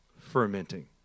fermenting